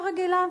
כמו: